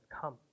come